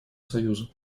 союза